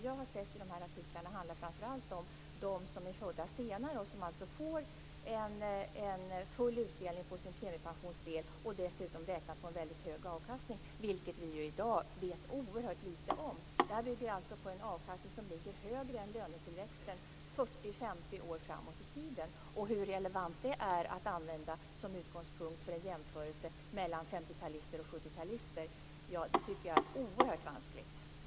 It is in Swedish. Det som jag har sett i artiklarna handlar framför allt om dem som är födda senare och som alltså får en full utdelning på sin premiepensionsdel, dessutom räknat på en väldigt hög avkastning, något som vi i dag vet oerhört litet om. Detta bygger alltså på en avkastning som ligger högre än lönetillväxten 40-50 år framåt i tiden. Hur relevant det är att använda detta som utgångspunkt för en jämförelse mellan 50-talister och 70-talister tycker jag att det är oerhört vanskligt att uttala sig om.